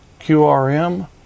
QRM